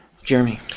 Jeremy